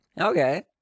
Okay